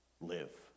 live